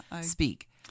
Speak